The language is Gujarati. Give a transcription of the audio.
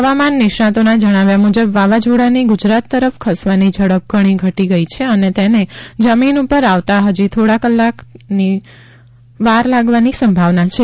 હવામાન નિષ્ણાંતોના જણાવ્યા મુજબ વાવાઝોડાની ગુજરાત તરફ ખસવાની ઝડપ ઘણી ઘટી ગઈ છે અને તેને જમીન પર આવતા હજી થીડા કલાક લાગવાની સંભાવના છે